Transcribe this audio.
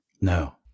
No